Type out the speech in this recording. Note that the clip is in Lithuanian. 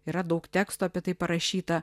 yra daug tekstų apie tai parašyta